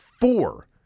four